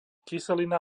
kyselina